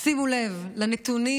שימו לב לנתונים